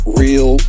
real